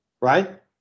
right